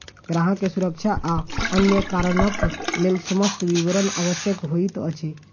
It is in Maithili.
ग्राहक के सुरक्षा आ अन्य कारणक लेल समस्त विवरण आवश्यक होइत अछि